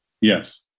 yes